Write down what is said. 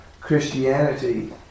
Christianity